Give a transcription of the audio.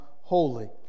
holy